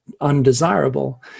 undesirable